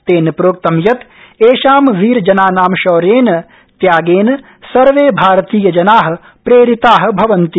तेन प्रोक्तं यत् एषां वीरजनानां शौर्येन त्यागेन सर्वे भारतीयजना प्रेरिता भवन्ति